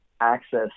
access